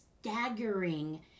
staggering